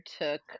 took